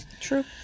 True